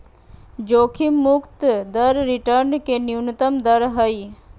जोखिम मुक्त दर रिटर्न के न्यूनतम दर हइ